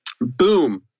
Boom